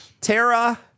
Tara